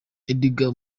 edgar